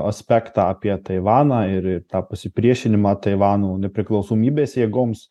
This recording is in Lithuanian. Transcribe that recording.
aspektą apie taivaną ir ir tą pasipriešinimą taivano nepriklausomybės jėgoms